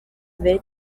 mbere